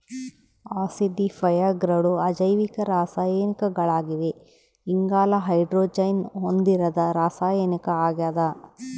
ಆಸಿಡಿಫೈಯರ್ಗಳು ಅಜೈವಿಕ ರಾಸಾಯನಿಕಗಳಾಗಿವೆ ಇಂಗಾಲ ಹೈಡ್ರೋಜನ್ ಹೊಂದಿರದ ರಾಸಾಯನಿಕ ಆಗ್ಯದ